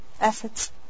Assets